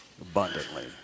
abundantly